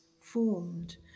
formed